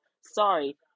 sorry